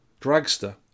Dragster